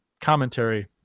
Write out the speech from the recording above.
commentary